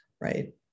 right